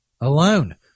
alone